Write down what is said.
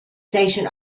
station